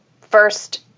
first